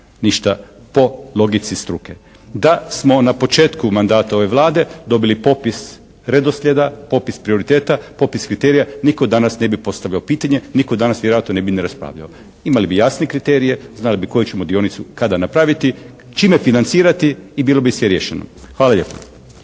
ništa po logici struke. Da smo na početku mandata ove Vlade dobili popis redoslijeda, popis prioriteta, popis kriterija. Nitko danas ne bi postavio pitanje. Nitko danas vjerojatno ne bi ni raspravljao. Imali bi jasne kriterije, znali bi koju ćemo dionicu kada napraviti, čime financirati i bilo bi sve riješeno. Hvala lijepa.